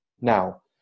now